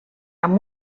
amb